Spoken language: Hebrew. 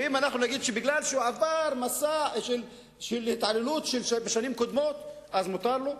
ואם אנחנו נגיד שמפני שהוא עבר מסע של התעללות בשנים קודמות אז מותר לו,